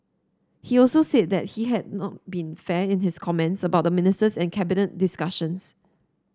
he also said that he had not been fair in his comments about the ministers and Cabinet discussions